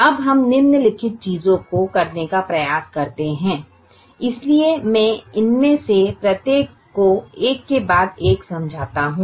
अब हम निम्नलिखित चीजों को करने का प्रयास करते हैं इसलिए मैं इनमें से प्रत्येक को एक के बाद एक समझाता हूं